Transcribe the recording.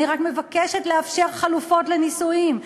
אני רק מבקשת לאפשר חלופות לנישואים,